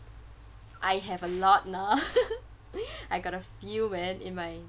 I have a lot now I got a few man in my